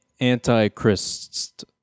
Antichrist